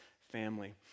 family